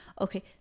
okay